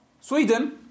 Sweden